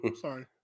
Sorry